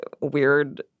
weird